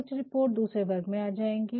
कुछ और रिपोर्ट्स दूसरे वर्ग में आ जाएँगी